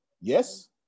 Yes